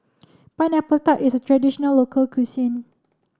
Pineapple Tart is a traditional local cuisine